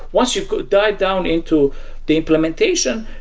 once you dive down into the implementation,